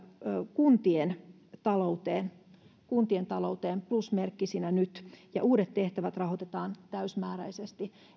kuntien talouteen kuntien talouteen plusmerkkisinä nyt ja uudet tehtävät rahoitetaan täysimääräisesti